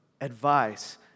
advice